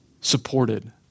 supported